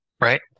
right